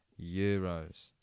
euros